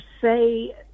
say